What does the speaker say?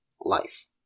life